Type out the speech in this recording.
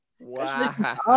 wow